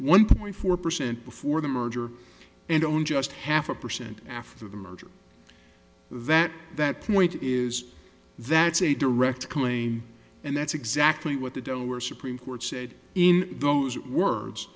one point four percent before the merger and on just half a percent after the merger that that point is that's a direct claim and that's exactly what the don't wear supreme court said in those words